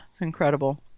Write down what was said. incredible